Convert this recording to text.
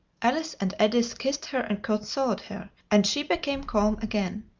alice and edith kissed her and consoled her, and she became calm again.